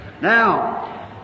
Now